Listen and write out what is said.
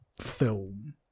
film